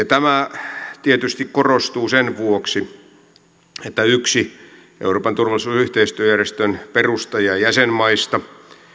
tämä tietysti korostuu sen vuoksi että yksi euroopan turvallisuus ja yhteistyöjärjestön perustajajäsenmaista